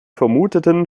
vermuteten